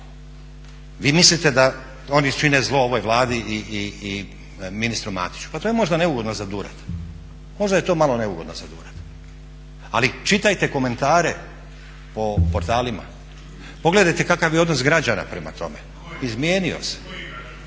Vi mislite da oni čine zlo ovoj Vladi i ministru Matiću. Pa to je možda neugodno za durati, možda je to malo neugodno za durati ali čitajte komentare po portalima, pogledajte kakav je odnos građana prema tome, izmijenio se. … /Upadica se